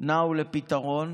נעו לפתרון